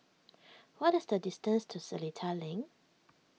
what is the distance to Seletar Link